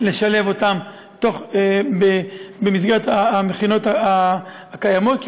לשילוב שלהם במסגרת המכינות הקיימות,